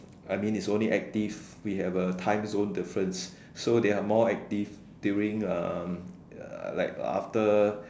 I mean it's only active we have a timezone difference so they are more active during like after